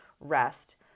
rest